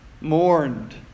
mourned